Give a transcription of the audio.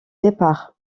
départ